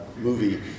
movie